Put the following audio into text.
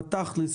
הלכה למעשה,